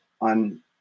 on